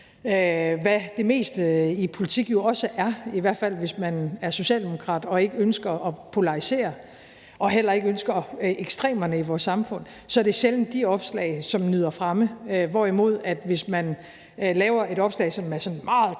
hvad det meste i politik jo er, i hvert fald hvis man er socialdemokrat og man ikke ønsker at polarisere og man heller ikke ønsker ekstremerne i vores samfund – så er det sjældent de opslag, som nyder fremme, hvorimod der, hvis man laver et opslag, som sådan er meget